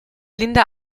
linda